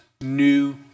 new